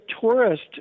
tourist